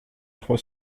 trois